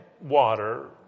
water